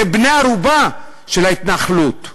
כבני-ערובה של ההתנחלות.